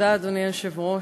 אדוני היושב-ראש,